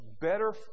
better